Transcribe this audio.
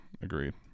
Agreed